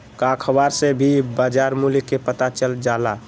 का अखबार से भी बजार मूल्य के पता चल जाला?